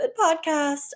podcast